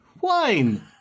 Wine